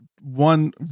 one